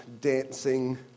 dancing